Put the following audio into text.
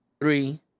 three